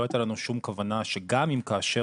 לא הייתה לנו שום כוונה שגם אם כאשר